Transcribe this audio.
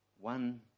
one